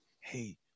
hey